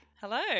Hello